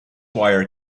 wire